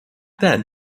then